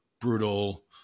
brutal